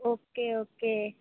okay okay